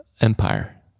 empire